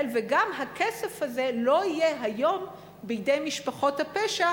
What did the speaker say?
וגם הכסף הזה לא יהיה היום בידי משפחות הפשע,